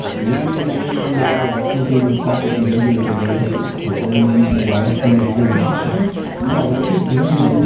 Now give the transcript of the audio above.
maybe in ten years from now, web companies will start getting regulated very heavily, like already gdpr has come along and ten years? i know, right? keep dreaming. and